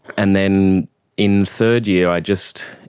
and then in third-year i just,